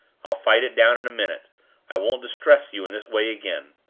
i'll fight it down in a minute i won't distress you in this way again.